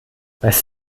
weiß